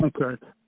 Okay